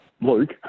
Luke